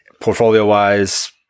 portfolio-wise